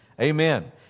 Amen